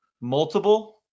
Multiple